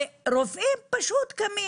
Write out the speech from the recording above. רופאים פשוט קמים.